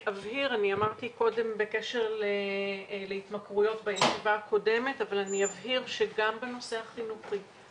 בקשר להתמכרויות אבל אני אבהיר שגם בנושא החינוכי,